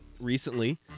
recently